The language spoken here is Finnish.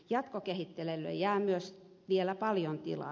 jatkokehittelylle jää vielä paljon tilaa